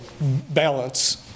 balance